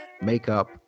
makeup